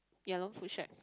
ya loh Foodshed